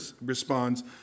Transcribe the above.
responds